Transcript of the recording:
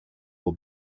will